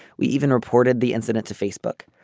we even reported the incident to facebook.